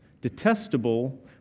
detestable